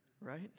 right